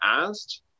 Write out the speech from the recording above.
asked